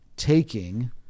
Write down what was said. taking